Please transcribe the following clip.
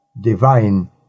divine